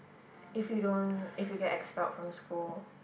if you don't if you get expelled from school